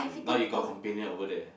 mm now you got companion over there